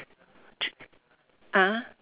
ch~ ah